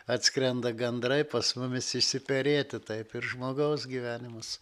atskrenda gandrai pas mumis išsiperėti taip ir žmogaus gyvenimas